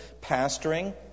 pastoring